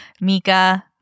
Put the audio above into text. Mika